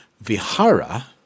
Vihara